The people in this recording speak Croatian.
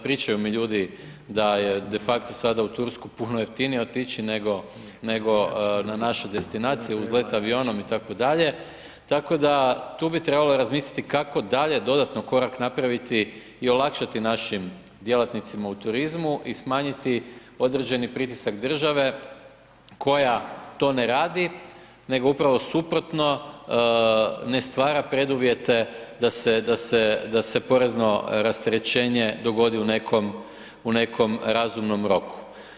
Pričaju mi ljudi da je defakto sada u Tursku puno jeftinije otići nego na našu destinaciju uz let avionom itd., tako da tu bi trebalo razmisliti kako dalje dodatno korak napraviti i olakšati našim djelatnicima u turizmu i smanjiti određeni pritisak države koja to ne radi nego upravo suprotno, ne stvara preduvjete da se porezno rasterećenje dogodi u nekom razumnom roku.